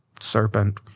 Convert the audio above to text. serpent